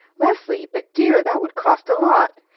leslie! but, dear, that would cost a lot!